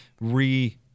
re-